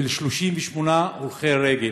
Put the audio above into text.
עם 38 הולכי רגל,